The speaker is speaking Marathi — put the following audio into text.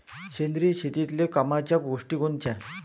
सेंद्रिय शेतीतले कामाच्या गोष्टी कोनच्या?